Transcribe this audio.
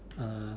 uh